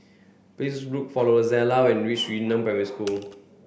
please look for Rozella when you reach Yu Neng Primary School